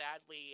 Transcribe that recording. sadly